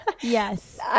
Yes